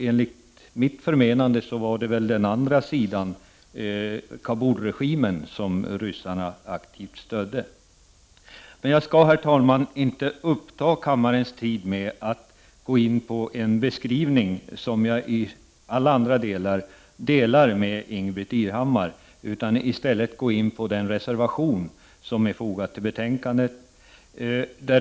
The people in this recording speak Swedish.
Enligt mitt förmenande var det den andra sidan, Kabulregimen, som ryssarna aktivt stödde. Men jag skall, herr talman, inte uppta kammarens tid med att gå in på en beskrivning som jag i alla andra avseenden delar med Ingbritt Irhammar, utan jag vill i stället tala om den reservation som är fogad till betänkandet.